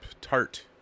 tart